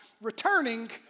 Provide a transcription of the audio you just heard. returning